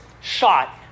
shot